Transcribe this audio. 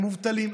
הם מובטלים,